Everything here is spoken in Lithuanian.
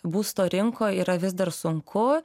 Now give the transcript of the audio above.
būsto rinkoj yra vis dar sunku